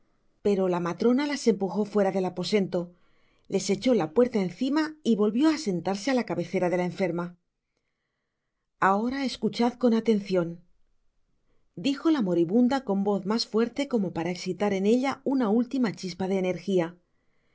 pero la matrona las empujó fuora def aposento les echó la puerta encima y volvió á sentarse á la cabecera de la enferma ahora escuchad con atencion dijo la moribunda con voz mas fuerte como para exilar en ella úna última chispa de energia